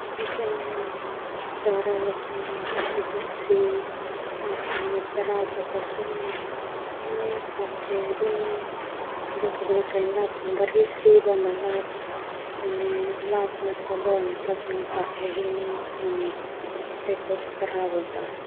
Pake kain lap barisi lap matalolole tasona bae hedi perabot.